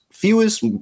Fewest